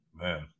Man